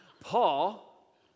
Paul